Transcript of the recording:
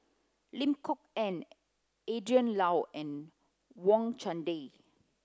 Lim Kok Ann Adrin Loi and Wang Chunde